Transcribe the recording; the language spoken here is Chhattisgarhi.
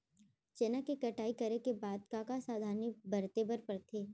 चना के कटाई करे के बाद का का सावधानी बरते बर परथे?